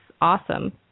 awesome